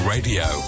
Radio